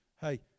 hey